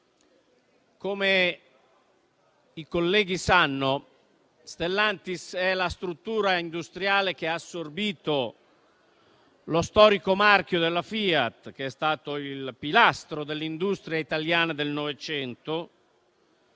Come i colleghi sanno, Stellantis è la struttura industriale che ha assorbito lo storico marchio della FIAT, che è stato il pilastro dell'industria italiana del Novecento.